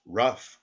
rough